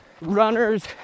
runners